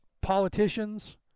politicians